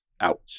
out